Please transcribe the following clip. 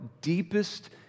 deepest